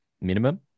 minimum